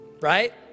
right